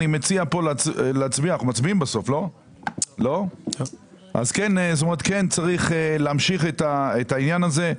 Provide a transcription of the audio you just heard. אני מציע פה שכן צריך להמשיך את העניין הזה,